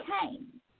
came